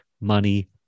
money